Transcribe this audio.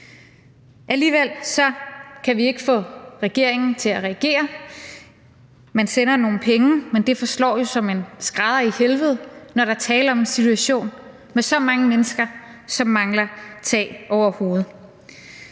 Alligevel kan vi ikke få regeringen til at reagere. Man sender nogle penge, men det forslår jo som en skrædder i helvede, når der er tale om en situation med så mange mennesker, som mangler tag over hovedet.